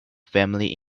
family